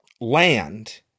land